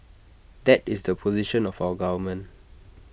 that is the position of our government